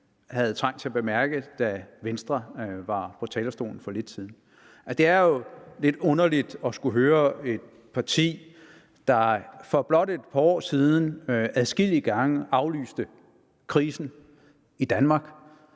havde trang til at bemærke, da Venstre var på talerstolen for lidt siden. Det er jo lidt underligt at skulle høre et parti, der for blot et par år siden adskillige gange aflyste krisen i Danmark.